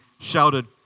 shouted